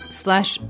slash